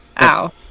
ow